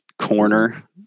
corner